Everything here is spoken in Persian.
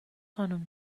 خانوم